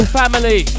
family